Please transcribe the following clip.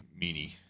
meanie